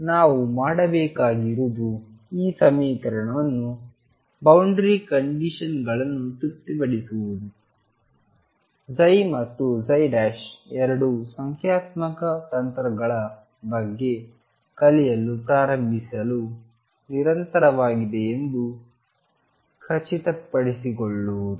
ಆದ್ದರಿಂದ ನಾವು ಮಾಡಬೇಕಾಗಿರುವುದು ಈ ಸಮೀಕರಣವನ್ನು ಬೌಂಡರಿ ಕಂಡೀಶನ್ಗಳನ್ನು ತೃಪ್ತಿಪಡಿಸುವುದು ಮತ್ತು ಎರಡೂ ಸಂಖ್ಯಾತ್ಮಕ ತಂತ್ರಗಳ ಬಗ್ಗೆ ಕಲಿಯಲು ಪ್ರಾರಂಭಿಸಲು ನಿರಂತರವಾಗಿದೆ ಎಂದು ಖಚಿತಪಡಿಸಿಕೊಳ್ಳುವುದು